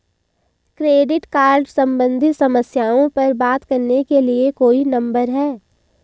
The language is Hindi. क्रेडिट कार्ड सम्बंधित समस्याओं पर बात करने के लिए कोई नंबर है?